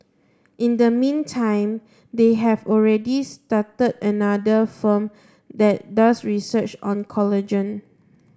in the meantime they have already started another firm that does research on collagen